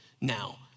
now